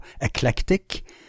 eclectic